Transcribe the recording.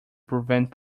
prevent